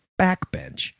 backbench